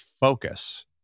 focus